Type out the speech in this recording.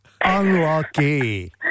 Unlucky